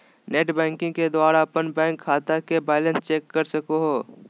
net banking के द्वारा अपन बैंक खाता के बैलेंस चेक कर सको हो